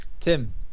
Tim